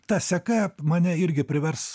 ta seka mane irgi privers